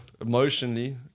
emotionally